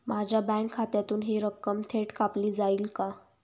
माझ्या बँक खात्यातून हि रक्कम थेट कापली जाईल का?